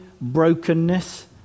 brokenness